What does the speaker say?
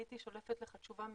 הייתי שולפת לך תשובה מהירה.